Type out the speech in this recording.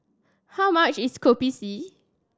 how much is Kopi C